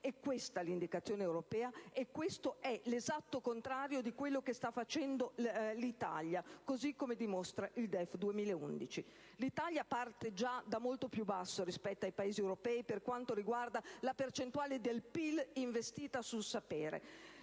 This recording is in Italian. È questa l'indicazione europea ed è questo l'esatto contrario di quello che sta facendo l'Italia, così come dimostra il DEF 2011. L'Italia parte già da una posizione molto più svantaggiata rispetto agli altri Paesi europei per quanto riguarda la percentuale di PIL investita sul sapere.